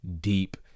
deep